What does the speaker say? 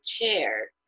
care